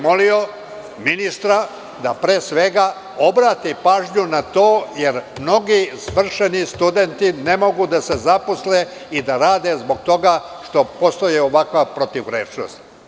Molio bih ministra da, pre svega, obrati pažnju na to, jer mnogi svršeni studenti ne mogu da se zaposle i da rade zbog toga što postoji ovakva protivrečnost.